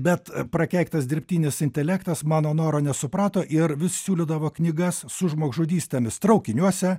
bet prakeiktas dirbtinis intelektas mano noro nesuprato ir vis siūlydavo knygas su žmogžudystėmis traukiniuose